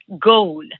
goal